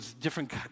different